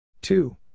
two